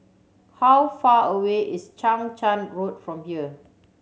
how far away is Chang Charn Road from here